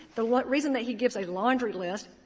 the what reason that he gives a laundry list,